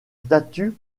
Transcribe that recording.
statues